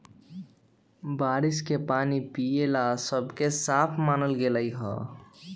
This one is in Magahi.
बारिश के पानी पिये ला सबसे साफ मानल गेलई ह